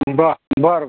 बरं बरं बरं